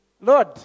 Lord